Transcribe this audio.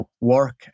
work